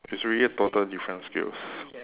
it's really total different skills